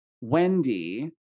Wendy